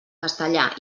castellà